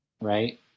right